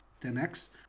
10x